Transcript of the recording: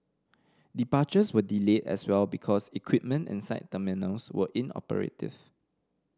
departures were delayed as well because equipment inside terminals was inoperative